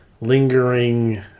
lingering